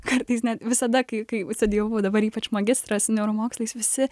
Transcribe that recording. kartais net visada kai kai studijavau dabar ypač magistrą su neuromokslais visi